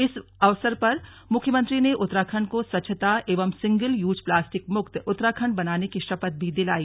इस अवसर पर मुख्यमंत्री ने उत्तराखण्ड को स्वच्छता एवं सिंगल यूज प्लास्टिक मुक्त उत्तराखण्ड बनाने की शपथ भी दिलाई